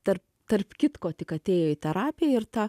tarp tarp kitko tik atėjo į terapiją ir tą